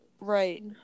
right